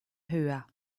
höher